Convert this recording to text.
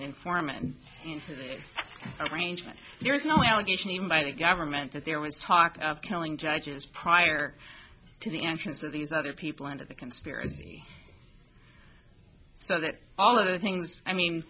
inform and ranged there is no allegation even by the government that there was talk of killing judges prior to the entrance of these other people and of the conspiracy so that all of the things i mean